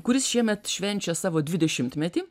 kuris šiemet švenčia savo dvidešimtmetį